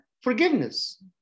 forgiveness